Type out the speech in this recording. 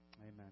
Amen